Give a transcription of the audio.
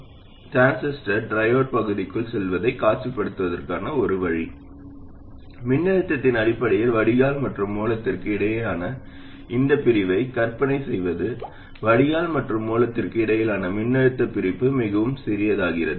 எனவே transistor triode பகுதிக்குள் செல்வதைக் காட்சிப்படுத்துவதற்கான ஒரு வழி மின்னழுத்தத்தின் அடிப்படையில் வடிகால் மற்றும் மூலத்திற்கு இடையேயான இந்தப் பிரிவை கற்பனை செய்வது வடிகால் மற்றும் மூலத்திற்கு இடையிலான மின்னழுத்தப் பிரிப்பு மிகவும் சிறியதாகிறது